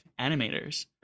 animators